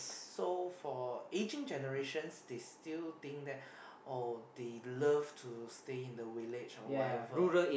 so for aging generations they still think that oh they love to stay in the village or whatever